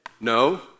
no